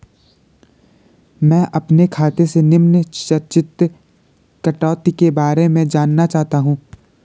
मैं अपने खाते से निम्न चार्जिज़ कटौती के बारे में जानना चाहता हूँ?